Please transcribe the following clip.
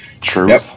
True